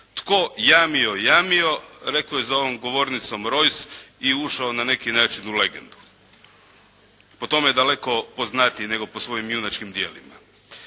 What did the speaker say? "Tko jamio, jamio", rekao je za ovom govornicom Rojs i ušao na neki način u legendu. Po tome je daleko poznatiji nego po svojim junačkim djelima.